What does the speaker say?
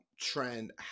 trend